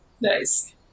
Nice